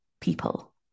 people